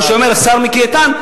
כמו שאומר השר מיקי איתן,